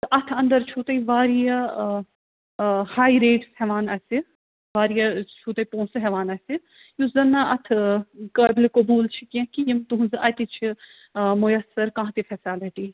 اَتھ انٛدر چھُو تُہۍ واریاہ ٲں ٲں ہاے ریٹٕس ہیٚوان اسہِ واریاہ چھُو تُہۍ پونٛسہ ہیٚوان اسہِ یُس زَن نہٕ اَتھ قٲبلِ قبول چھُ کیٚنٛہہ کہ یِم تُہنٛزٕ اَتہِ چھِ ٲں میسر کانٛہہ تہِ فیسلٹی